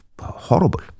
horrible